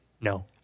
no